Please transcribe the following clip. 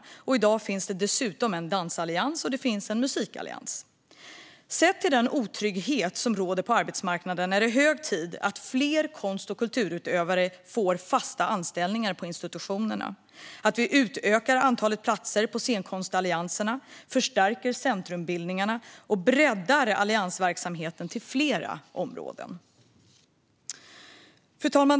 I dag finns dessutom en dansallians och en musikallians. Sett till den otrygghet som råder på arbetsmarknaden är det hög tid att fler konst och kulturutövare får fasta anställningar på institutionerna, att vi utökar antalet platser på scenkonstallianserna, förstärker centrumbildningarna och breddar alliansverksamheten till fler områden. Fru talman!